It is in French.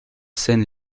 scène